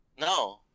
No